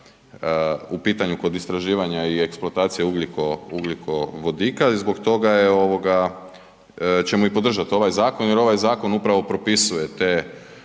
u pitanju kod istraživanja i eksploatacije ugljikovodika. I zbog toga je ovoga, ćemo i podržat ovaj zakon jer ovaj zakon upravo propisuje te,